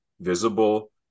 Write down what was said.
visible